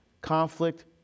conflict